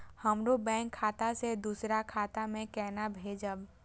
हमरो बैंक खाता से दुसरा खाता में केना भेजम?